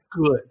good